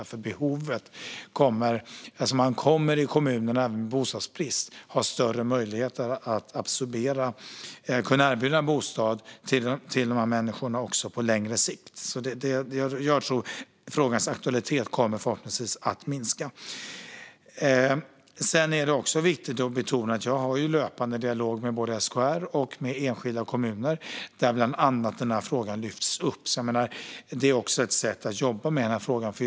Kommuner med bostadsbrist kommer att ha större möjligheter att erbjuda bostad till de människorna också på längre sikt. Frågans aktualitet kommer förhoppningsvis att minska. Det är också viktigt att betona att jag har löpande dialoger med både SKR och enskilda kommuner. Där lyfts bland annat den här frågan upp. Det är också ett sätt att jobba med frågan.